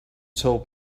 told